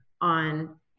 on